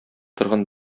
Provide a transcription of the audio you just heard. торган